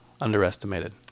Underestimated